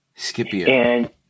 Scipio